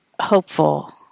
hopeful